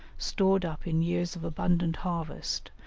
stored up in years of abundant harvest,